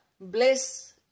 bliss